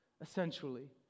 essentially